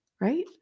right